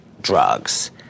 drugs